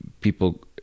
people